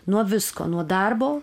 nuo visko nuo darbo